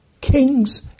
Kings